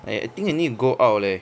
I I think I need to go out leh